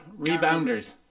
Rebounders